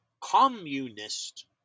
communist